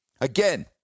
Again